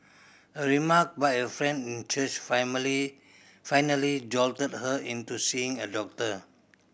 a remark by a friend in church family finally jolted her into seeing a doctor